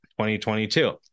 2022